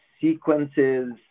sequences